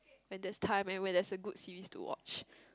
when there's time and when there's a good series to watch